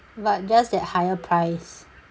but just that higher price